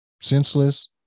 senseless